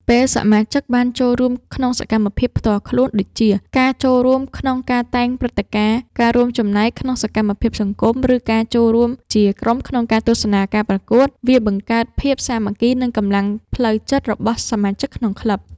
ពេលសមាជិកបានចូលរួមក្នុងសកម្មភាពផ្ទាល់ខ្លួន ដូចជា ការចូលរួមក្នុងការតែងព្រឹត្តិការណ៍ ការរួមចំណែកក្នុងសកម្មភាពសង្គម ឬការចូលរួមជាក្រុមក្នុងការទស្សនាការប្រកួត វាបង្កើតភាពសាមគ្គី និងកម្លាំងផ្លូវចិត្តរបស់សមាជិកក្នុងក្លឹប។